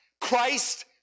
Christ